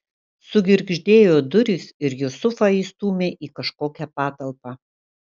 sugirgždėjo durys ir jusufą įstūmė į kažkokią patalpą